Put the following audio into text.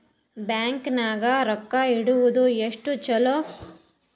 Bank ನಾಗ ರೊಕ್ಕ ಇಡುವುದು ಎಷ್ಟು ಚಲೋ?